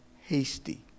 hasty